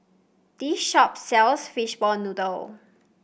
this shop sells Fishball Noodle